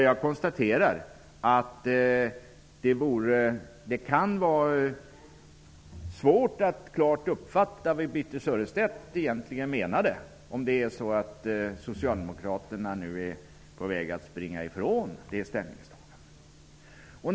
Jag konstaterar att det kan vara svårt att klart uppfatta vad Birthe Sörestedt egentligen menade, om nu Socialdemokraterna är på väg att springa ifrån sitt ställningstagande.